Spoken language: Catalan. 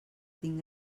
tinc